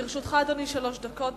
לרשותך, אדוני, שלוש דקות.